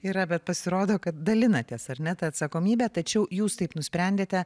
yra bet pasirodo kad dalinatės ar ne ta atsakomybe tačiau jūs taip nusprendėte